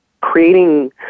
creating